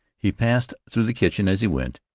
he passed through the kitchen as he went,